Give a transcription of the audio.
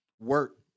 work